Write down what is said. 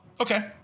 Okay